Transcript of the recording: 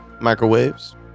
microwaves